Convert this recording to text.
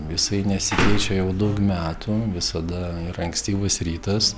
jisai nesikeičia jau daug metų visada yra ankstyvas rytas